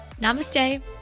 namaste